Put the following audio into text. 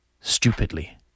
stupidly